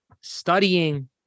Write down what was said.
studying